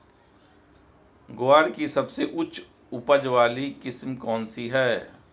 ग्वार की सबसे उच्च उपज वाली किस्म कौनसी है?